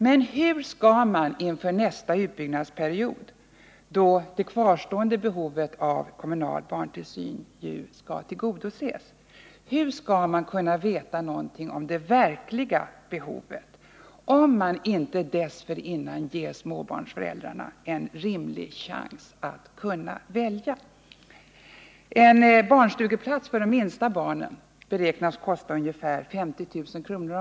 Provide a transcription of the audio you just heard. Men hur skall man inför nästa utbyggnadsperiod, då det kvarstående behovet av kommunal barntillsyn ju skall tillgodoses, kunna veta något om det verkliga behovet, om inte småbarnsfamiljerna dessförinnan får en rimlig chans att välja? En barnstugeplats för de minsta barnen beräknas kosta ca 50 000 kr.